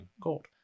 gold